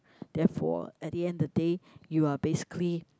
therefore at the end the day you are basically